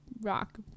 rock